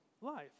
life